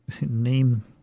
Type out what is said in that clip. name